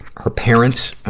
her parents, ah,